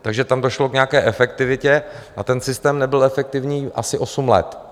Takže tam došlo k nějaké efektivitě a ten systém nebyl efektivní asi osm let.